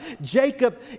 jacob